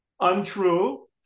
untrue